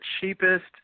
cheapest